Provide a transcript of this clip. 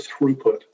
throughput